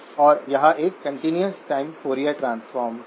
तो यह एक कंटीन्यू टाइम फॉरिएर ट्रांसफॉर्म है